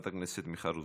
חברת הכנסת מיכל רוזין.